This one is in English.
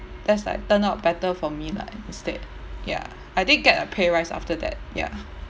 that's like turn out better for me lah instead ya I did get a pay rise after that ya